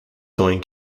going